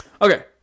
Okay